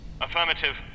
Affirmative